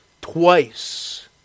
twice